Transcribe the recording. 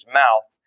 mouth